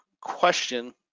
question